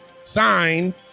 signed